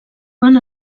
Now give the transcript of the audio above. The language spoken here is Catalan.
quan